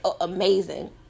amazing